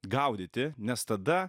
gaudyti nes tada